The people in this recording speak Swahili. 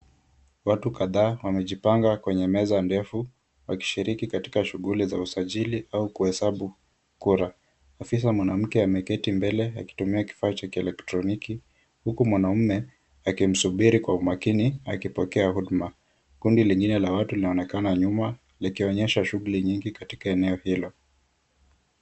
Watu kadhaa wamejipanga kwenye meza ndefu, wakishiriki katika shughuli ya usajili au kuhesabu kura. Afisa mwanamke ameketi mbele akitumia kifaa cha elektroniki huku mwanaume akimusubiri kwa umakini akipokea huduma. Kundi lingine la watu linaonekana nyuma likionyesha shughuli nyingi katika eneo hilo.